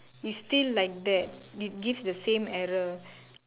it's still like that it gives the same error